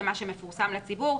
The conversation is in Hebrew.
זה מה שמפורסם לציבור.